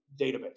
database